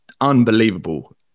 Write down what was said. unbelievable